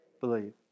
believe